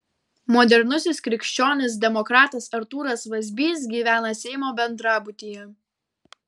modernusis krikščionis demokratas artūras vazbys gyvena seimo bendrabutyje